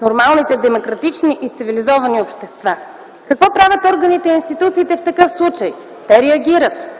нормалните демократични и цивилизовани общества. Какво правят органите и институциите в такъв случай? Те реагират,